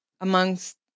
amongst